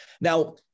Now